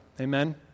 Amen